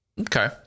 Okay